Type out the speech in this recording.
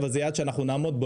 אבל זה יעד שאנחנו נעמוד בו.